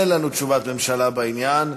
אין לנו תשובת ממשלה בעניין,